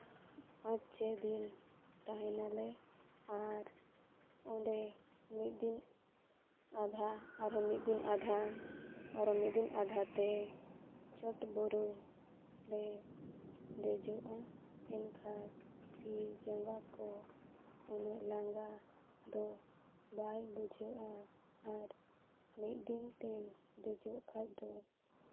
ᱯᱟᱸᱪ ᱪᱷᱚ ᱫᱤᱱ ᱛᱟᱦᱮᱸ ᱱᱟᱞᱮ ᱟᱨ ᱚᱸᱰᱮ ᱢᱤᱫ ᱫᱤᱱ ᱟᱫᱷᱟ ᱟᱨᱦᱚᱸ ᱢᱤᱫ ᱫᱤᱱ ᱟᱫᱷᱟ ᱟᱨᱦᱚᱸ ᱢᱤᱫ ᱫᱤᱱ ᱟᱫᱷᱟ ᱛᱮ ᱪᱚᱴ ᱵᱩᱨᱩ ᱞᱮ ᱫᱮᱡᱚᱜᱼᱟ ᱮᱱᱠᱷᱟᱡ ᱛᱤ ᱡᱟᱸᱜᱟ ᱠᱚ ᱩᱱᱟᱹᱜ ᱞᱟᱸᱜᱟ ᱫᱚ ᱵᱟᱭ ᱵᱩᱡᱷᱟᱹᱜᱼᱟ ᱟᱨ ᱢᱤᱫ ᱫᱤᱱ ᱛᱮᱢ ᱫᱮᱡᱚᱜ ᱠᱷᱟᱡ ᱫᱚ